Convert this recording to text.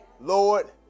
Lord